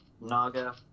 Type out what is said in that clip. Naga